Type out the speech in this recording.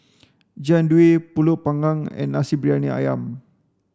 jian dui pulut panggang and nasi briyani ayam